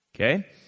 okay